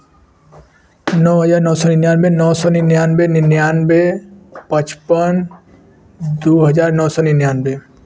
नौ हज़ार नौ सौ निन्यानवे नौ सौ निन्यानवे निन्यानवे पचपन दो हज़ार नौ सौ निन्यानवे